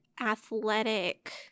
athletic